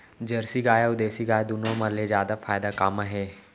Jersey गाय अऊ देसी गाय दूनो मा ले जादा फायदा का मा हे?